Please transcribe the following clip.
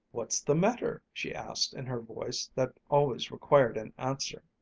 what's the matter? she asked in her voice that always required an answer.